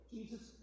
Jesus